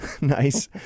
nice